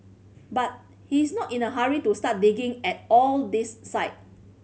but he is not in a hurry to start digging at all these site